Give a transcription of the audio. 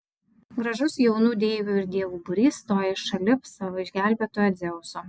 gražus jaunų deivių ir dievų būrys stojo šalip savo išgelbėtojo dzeuso